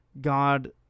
God